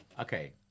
Okay